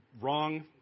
wrong